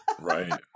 right